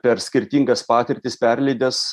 per skirtingas patirtis perleidęs